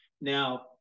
Now